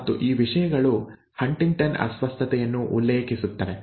ಮತ್ತು ಈ ವಿಷಯಗಳು ಹಂಟಿಂಗ್ಟನ್ ಅಸ್ವಸ್ಥತೆಯನ್ನು ಉಲ್ಲೇಖಿಸುತ್ತವೆ